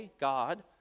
God